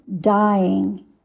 dying